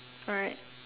alright